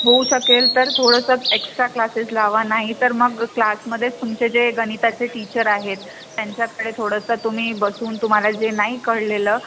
होऊ शकेल तर थोडंसं एक्स्ट्रा क्लासेस लावा नाही तर मग क्लासमध्येच तुमचे जे गणिताचे टीचर आहेत त्यांच्याकडे थोडंसं तुम्ही बसून तुम्हाला जे नाही कळलेलं